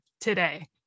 today